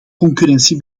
concurrentie